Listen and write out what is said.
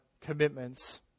commitments